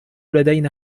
لدينا